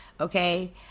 Okay